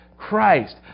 Christ